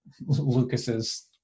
lucas's